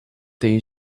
they